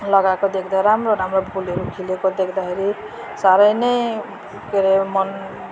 लगाएको देख्दा राम्रो राम्रो फुलहरू खिलेको देख्दाखेरि साह्रै नै के अरे मन